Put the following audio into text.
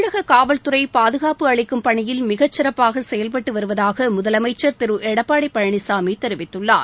தமிழக காவல் துறை பாதுகாப்பு அளிக்கும் பணியில் மிக சிறப்பாக செயல்பட்டு வருவதாக முதலமைச்சர் திரு எடப்பாடி பழனிசாமி தெரிவித்துள்ளார்